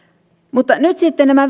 nyt sitten nämä